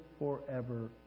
forever